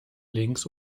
links